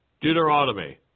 Deuteronomy